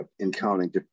encountering